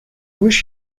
wish